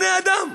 הם בני-אדם.